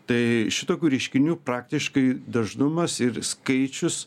tai šitokių reiškinių praktiškai dažnumas ir skaičius